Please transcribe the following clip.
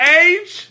age